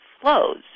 flows